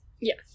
Yes